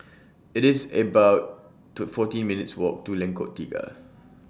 It's about to fourteen minutes' Walk to Lengkok Tiga